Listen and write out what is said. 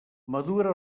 madura